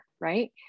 right